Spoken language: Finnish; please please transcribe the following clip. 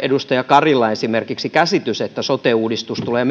edustaja karilla esimerkiksi käsitys että sote uudistus tulee